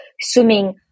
swimming